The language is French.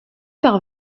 par